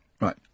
Right